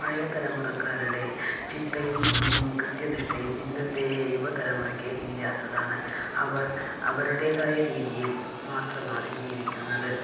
പഴയ തലമുറക്കാരുടെ ചിട്ടയും കൃത്യനിഷ്ഠയും ഇന്നത്തെ യുവതലമുറയ്ക്ക് ഇല്ലാത്തതാണ് അവർ അവരുടെതായ രീതിയിൽ മാത്രമാണ് ജീവിക്കുന്നത്